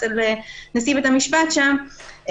אצל נשיא בית המשפט שם,